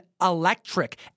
electric